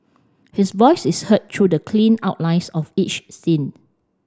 his voice is heard through the clean outlines of each scene